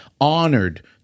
Honored